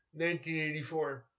1984